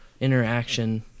interaction